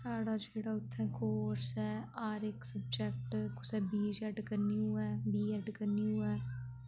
साढ़ा जेह्ड़ा उत्थै कोर्स ऐ हर इक सब्जैक्ट कुसै बी छैड करनी होऐ बी एड करनी होऐ